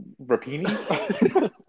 rapini